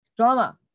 Drama